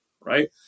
right